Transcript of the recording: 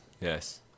yes